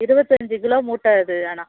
இருபத்தஞ்சி கிலோ மூட்டை அது ஆனால்